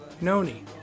Noni